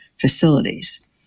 facilities